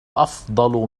أفضل